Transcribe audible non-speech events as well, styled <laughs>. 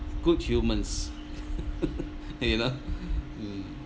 good humans <laughs> you know mm